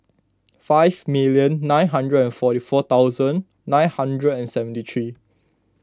five million nine hundred and forty four thousand nine hundred and seventy three